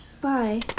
bye